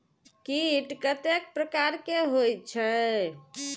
कीट कतेक प्रकार के होई छै?